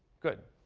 good.